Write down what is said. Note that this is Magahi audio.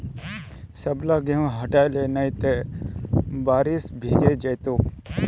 सबला गेहूं हटई ले नइ त बारिशत भीगे जई तोक